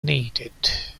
needed